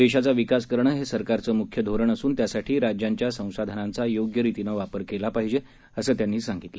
देशाचा विकास करणं हे सरकारचं मुख्य धोरण असून त्यासाठी राज्यांच्या संसाधनांचा योग्य रितीनं वापर केला पाहिजे असं ते म्हणाले